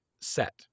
set